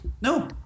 No